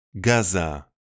Gaza